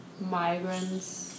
migrants